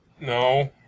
No